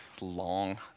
long